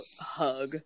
hug